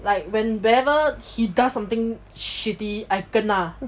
like when whenever he does something shitty I kena